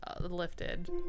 lifted